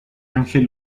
ángel